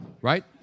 right